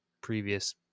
previous